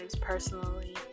personally